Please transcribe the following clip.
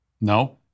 No